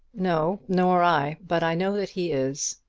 no, nor i. but i know that he is.